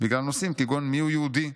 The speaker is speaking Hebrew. בגלל נושאים כגון 'מיהו יהודי'